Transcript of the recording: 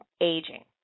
aging